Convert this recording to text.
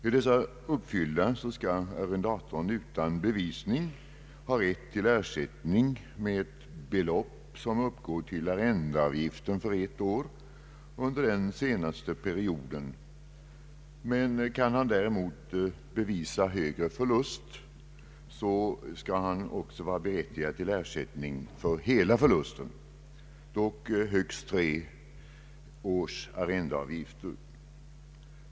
Är dessa uppfyllda, skall arrendatorn utan bevisning ha rätt till ersättning med belopp som uppgår till arrendeavgiften för ett år under den senaste perioden. Kan han däremot bevisa högre förlust, skall han också vara berättigad till ersättning för hela förlusten, dock högst tre års arrendeavgifter.